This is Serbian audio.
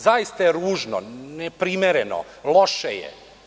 Zaista je ružno, neprimereno, loše je.